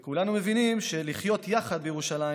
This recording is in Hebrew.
וכולנו מבינים שלחיות יחד בירושלים